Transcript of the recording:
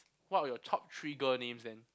what are your top three girl names then